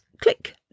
click